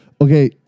Okay